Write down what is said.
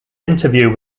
interview